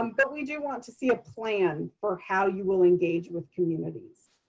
um but we do want to see a plan for how you will engage with communities.